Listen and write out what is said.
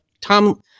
Tom